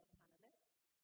panelists